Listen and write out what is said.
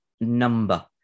number